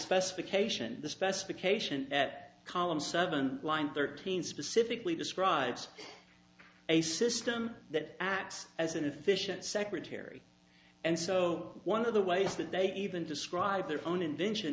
specification the specification at column seven line thirteen specifically describes a system that acts as an efficient secretary and so one of the ways that they even describe their own invention